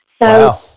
Wow